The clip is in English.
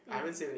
mm